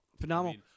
Phenomenal